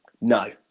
No